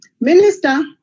Minister